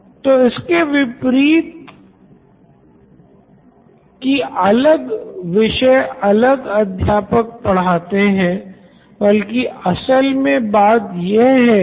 Nitin Kurian COO Knoin electronics उपस्थिति मे कमी साथ ही ये भी एक कारण हो सकता है की मैं किसी और के लिखे नोट्स से अपनी अधिगम को बेहतर करना चाहता हूँ क्योंकि उसके नोट्स मेरे से बेहतर हैं